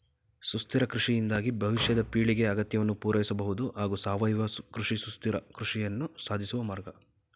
ಸುಸ್ಥಿರ ಕೃಷಿಯಿಂದಾಗಿ ಭವಿಷ್ಯದ ಪೀಳಿಗೆ ಅಗತ್ಯವನ್ನು ಪೂರೈಸಬಹುದು ಹಾಗೂ ಸಾವಯವ ಕೃಷಿ ಸುಸ್ಥಿರ ಕೃಷಿಯನ್ನು ಸಾಧಿಸುವ ಮಾರ್ಗ